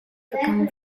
become